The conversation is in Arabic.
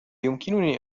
يمكنني